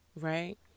right